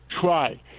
try